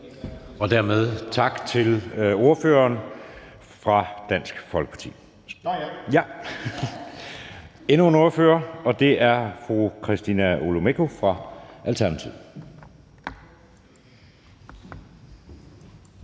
Dermed tak til ordføreren fra Dansk Folkeparti. Så er der endnu en ordfører, og det er fru Christina Olumeko fra Alternativet.